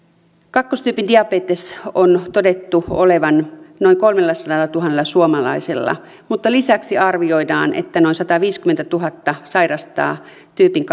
kakkostyypin diabetes on todettu olevan noin kolmellasadallatuhannella suomalaisella mutta lisäksi arvioidaan että noin sataviisikymmentätuhatta sairastaa tyypin